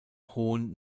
hohen